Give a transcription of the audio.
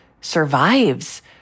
survives